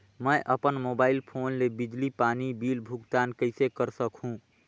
मैं अपन mobile phone ले बिजली पानी बिल भुगतान कइसे कर सकहुं?